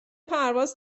پرواز